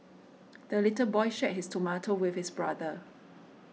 the little boy shared his tomato with his brother